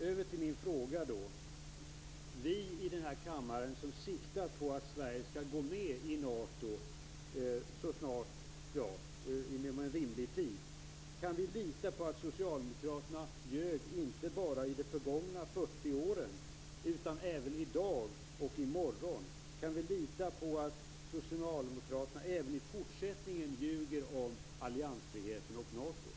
Över till min fråga: Kan vi i denna kammare som siktar på att Sverige skall gå med i Nato inom en rimlig tid lita på att socialdemokraterna ljugit inte bara under de gångna 40 åren utan att de också gör det i dag och i morgon? Kan vi lita på att socialdemokraterna även i fortsättningen ljuger om alliansfriheten och Nato?